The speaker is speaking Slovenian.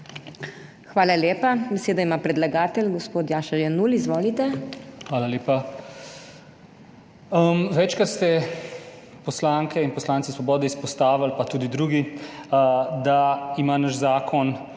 Hvala lepa. Besedo ima predlagatelj gospod Jaša Jenull. Izvolite. JAŠA JENULL: Hvala lepa. Večkrat ste poslanke in poslanci Svobode izpostavili, pa tudi drugi, da ima naš zakon